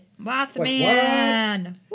Mothman